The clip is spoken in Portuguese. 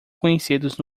conhecidos